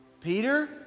Peter